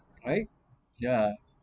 right yeah